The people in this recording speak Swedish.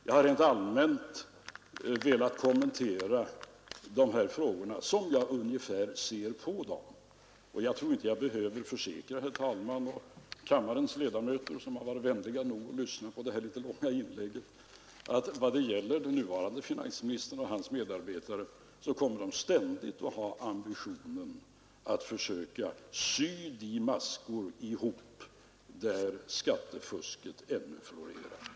Jag har rent allmänt velat kommentera frågorna ungefär så som jag ser på dem, och jag tror inte jag behöver försäkra fru talmannen och kammarens ledamöter — som varit vänliga nog att lyssna på denna långa utläggning — att den nuvarande finansministern och hans medarbetare ständigt kommer att ha ambitionen att försöka sy ihop de maskor där skattefusket ännu florerar.